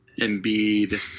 Embiid